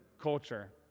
culture